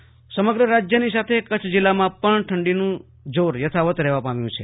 હવામાન સમગ્ર રાજ્યનીની સાથે કચ્છ જિલ્લામાં પણ ઠંડીનું જોર યથાવત રહેવા પામ્યુ છે